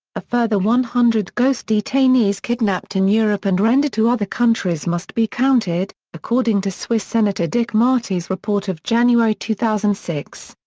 a further one hundred ghost detainees kidnapped in europe and rendered to other countries must be counted, according to swiss senator dick marty's report of january two thousand and six.